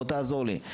בוא תעזור לי.